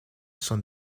son